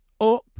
up